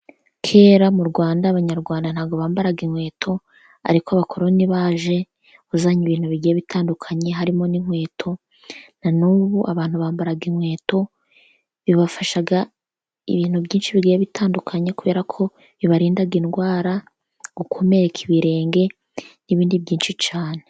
Kera mu Rwanda abanyarwanda ntabwo bambaraga inkweto, ariko abakoroni baje bazanye ibintu bigiye bitandukanye, harimo n'inkweto na n'ubu abantu bambara inkweto, bibafasha ibintu byinshi bigiye bitandukanye kubera ko bibarinda indwara, gukomereka ibirenge n'ibindi byinshi cyane.